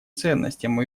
ценностям